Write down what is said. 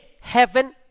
heaven